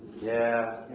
yeah,